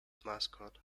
mascot